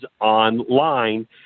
online